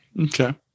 Okay